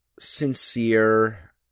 sincere